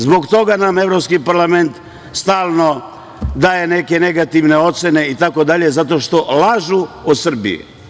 Zbog toga nam Evropski parlament stalno daje neke negativne ocene itd, zato što lažu o Srbiji.